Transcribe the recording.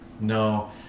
No